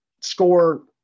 score